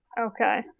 Okay